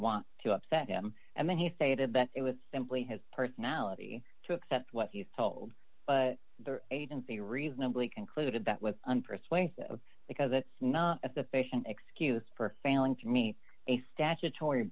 want to upset him and then he stated that it was simply his personality to accept what he's told but the agency reasonably concluded that was unpersuasive because that's not a sufficient excuse for failing to me a statutory